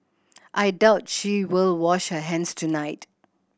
I doubt she will wash her hands tonight